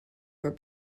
were